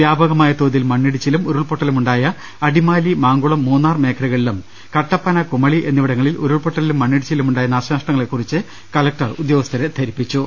വ്യാപകമായ തോതിൽ മണ്ണിടിച്ചിലും ഉരുൾപൊട്ടലുമുണ്ടായ അടിമാലി മാങ്കുളം മൂന്നാർ മേഖലകളിലും കട്ടപ്പന കുമളി എന്നിവിടങ്ങളിൽ ഉരുൾപൊട്ടലിലും മണ്ണിടിച്ചിലിലുമുണ്ടായ നാശനഷ്ട ങ്ങളെക്കുറിച്ച് കലക്ടർ ഉദ്യോഗസ്ഥരെ ധരിപ്പിച്ചു